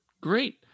Great